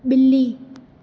बि॒ली